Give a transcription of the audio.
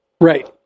Right